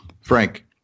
Frank